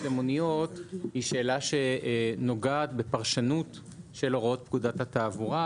למוניות היא שאלה שנוגעת בפרשנות של הוראות פקודת התעבורה,